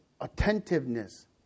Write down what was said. attentiveness